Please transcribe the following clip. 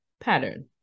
pattern